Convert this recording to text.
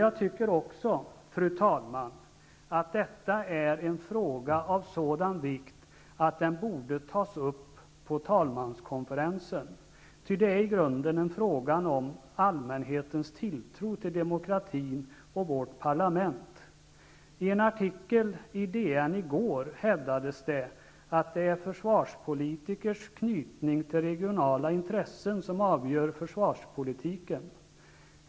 Jag tycker också att detta är en fråga av sådan vikt att den borde tas upp av talmanskonferensen, ty det är i grunden en fråga om allmänhetens tilltro till demokratin och vårt parlament. I en artikel i DN i går hävdades att det är försvarspolitikers knytning till regionala intressen som avgör försvarspolitiken.